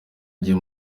igihe